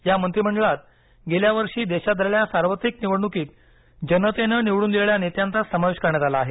या मंत्रिमंडळात गेल्या वर्षी देशात झालेल्या सार्वत्रिक निवडणुकीत जनतेनं निवडून दिलेल्या नेत्यांचा समावेश करण्यात आला आहे